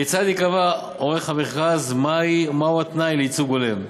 כיצד יקבע עורך המכרז ומהו התנאי לייצוג הולם?